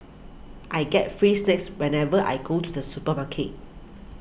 I get free snacks whenever I go to the supermarket